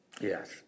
Yes